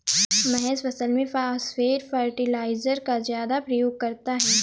महेश फसल में phosphate fertiliser का ज्यादा प्रयोग करता है